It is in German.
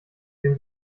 dem